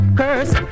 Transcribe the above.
curse